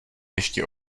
ještě